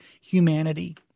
humanity